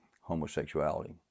homosexuality